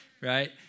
right